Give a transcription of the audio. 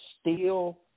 steel